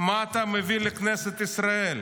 מה אתה מביא לכנסת ישראל.